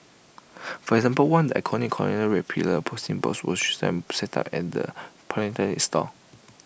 for example one iconic colonial red pillar posting boxes was restored and set up at the philatelic store